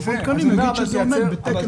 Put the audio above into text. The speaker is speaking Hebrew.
שמכון התקנים יגיד שזה עומד בתקן מסוים.